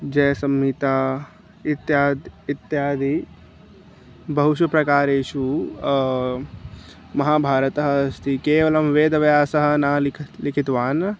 जयसम्मिता इत्यादि इत्यादि बहुषु प्रकारेषु महाभारतः अस्ति केवलं वेदव्यासः न लिख लिखितवान्